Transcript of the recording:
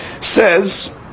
says